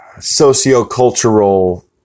socio-cultural